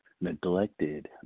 neglected